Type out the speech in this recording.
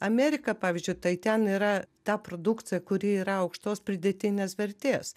amerika pavyzdžiui tai ten yra ta produkcija kuri yra aukštos pridėtinės vertės